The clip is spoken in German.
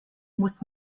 muss